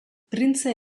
printze